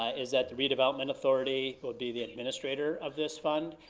is that the redevelopment authority would be the administrator of this fund,